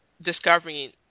discovering